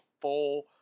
full